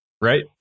right